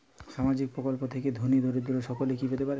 সামাজিক প্রকল্প থেকে ধনী দরিদ্র সকলে কি পেতে পারে?